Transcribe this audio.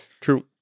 True